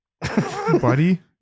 Buddy